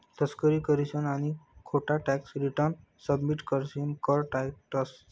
तस्करी करीसन आणि खोटा टॅक्स रिटर्न सबमिट करीसन कर टायतंस